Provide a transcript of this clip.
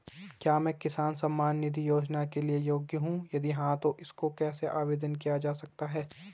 क्या मैं किसान सम्मान निधि योजना के लिए योग्य हूँ यदि हाँ तो इसको कैसे आवेदन किया जा सकता है?